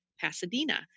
Pasadena